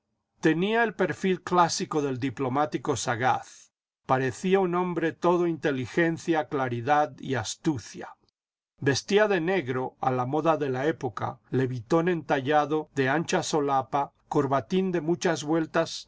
tenía el perfil clásico del diplomático sagaz parecía un hombre todo inteligencia claridad y astucia vestía de negro a la moda de la época levitón entallado de ancha solapa corbatín de muchas vueltas